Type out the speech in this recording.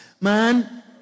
man